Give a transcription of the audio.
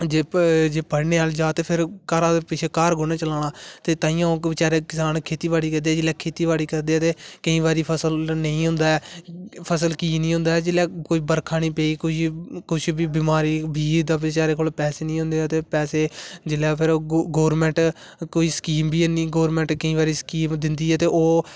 जे पढ़ने आहले जागत हून ते पिच्छे घर कुसने चलाना ते ताइयें ओह् बचारे किसान खेती बाड़ी करदे ते केंई बारी फसल नेईं होंदा ऐ फसल की नी होंदा ऐ जिसलै कोई बर्खा नेईं पेई कुछ बी बिमारी बीएं दे बचारे कोल पैसे नेईं होंदे है ते पेसे जिसलै् फिर ओह् गवर्नमेंट कोई स्कीम बी है नी गवर्नमेंट केंई बारी स्कीम दिंदी है ते ओह्